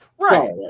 right